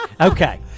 Okay